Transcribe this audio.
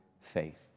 faith